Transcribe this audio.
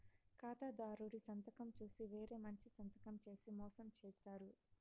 ఖాతాదారుడి సంతకం చూసి వేరే మంచి సంతకం చేసి మోసం చేత్తారు